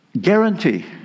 guarantee